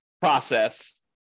process